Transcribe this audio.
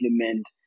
implement